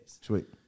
Sweet